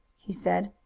he said.